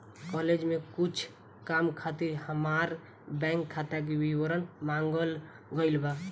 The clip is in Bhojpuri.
कॉलेज में कुछ काम खातिर हामार बैंक खाता के विवरण मांगल गइल बा